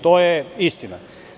To je istina.